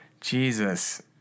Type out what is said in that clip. Jesus